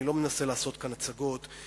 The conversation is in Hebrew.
אני לא מנסה לעשות כאן הצגות,